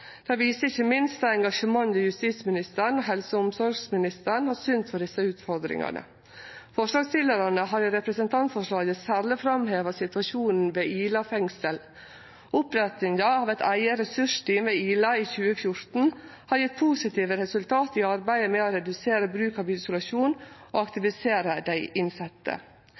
Det viser ikkje minst det engasjementet justisministeren og helse- og omsorgsministeren har synt for desse utfordringane. Forslagsstillarane har i representantforslaget særleg framheva situasjonen ved Ila fengsel. Opprettinga av eit eige ressursteam ved Ila i 2014 har gjeve positive resultat i arbeidet med å redusere bruk av isolasjon og å aktivisere dei innsette.